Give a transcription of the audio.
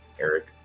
Eric